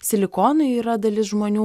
silikonui yra dalis žmonių